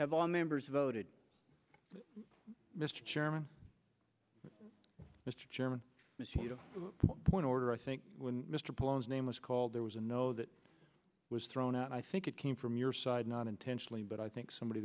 have all members voted mr chairman mr chairman machine to point order i think when mr blowers name was called there was a no that was thrown out i think it came from your side not intentionally but i think somebody